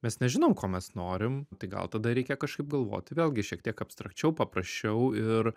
mes nežinom ko mes norim tai gal tada reikia kažkaip galvoti vėlgi šiek tiek abstrakčiau paprasčiau ir